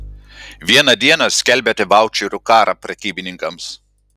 vieną dieną skelbiate vaučerių karą prekybininkams